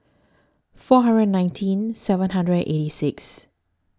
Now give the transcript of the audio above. four hundred and nineteen seven hundred and eighty six